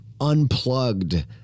unplugged